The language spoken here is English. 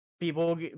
People